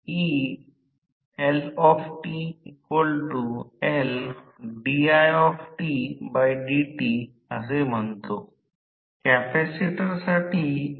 परंतु परस्परक्रियामुळे मशीन मध्ये ते 3 फेज केलेले चुंबकीय क्षेत्र हे फिरणारे चुंबकीय क्षेत्र असेल